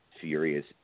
Furious